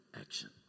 action